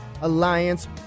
Alliance